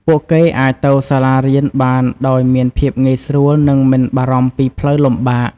ពួកគេអាចទៅសាលារៀនបានដោយមានភាពងាយស្រួលនិងមិនបារម្ភពីផ្លូវលំបាក។